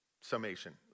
summation